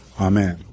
Amen